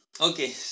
Okay